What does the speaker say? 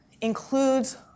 includes